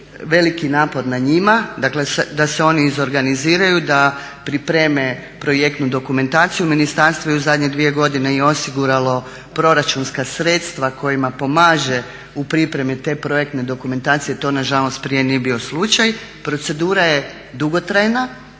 veliki napor na njima, dakle da se oni izorganiziraju, da pripreme projektnu dokumentaciju. Ministarstvo je u zadnje dvije godine i osiguralo proračunska sredstva kojima pomaže u pripremi te projektne dokumentacije. To nažalost prije nije bio slučaj. Procedura je dugotrajna,